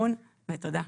ותודה.